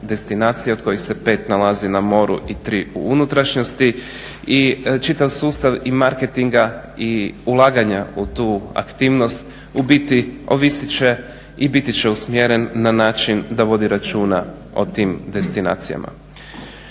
od kojih se 5 nalazi na moru i 3 u unutrašnjosti i čitav sustav i marketinga i ulaganja u tu aktivnost u biti ovisit će i biti će usmjeren na način da vodi računa o tim destinacijama.